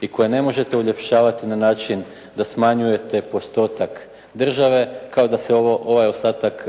i koje ne možete uljepšavati na način da smanjujete postotak države kao da se ovaj ostatak